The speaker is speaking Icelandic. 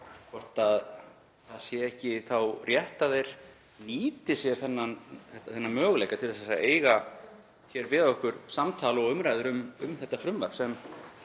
hvort það sé ekki rétt að þeir nýti sér þennan möguleika til að eiga við okkur samtal og umræður um þetta frumvarp sem